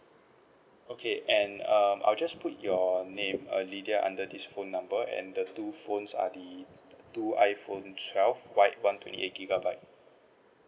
okay and um I'll just put your name err lidiyah under this phone number and the two phones are the two iPhone twelve white one two eight gigabyte